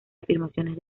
afirmaciones